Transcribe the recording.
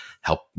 help